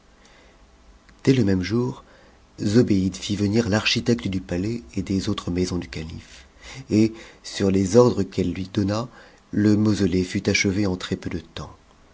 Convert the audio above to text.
dès le même jour zobéide fit venir l'architecte du palais et des autres maisons du calife et sur les ordres qu'elle lui donna le mausolée fut achevé en très-peu de temps